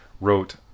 wrote